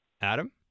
Adam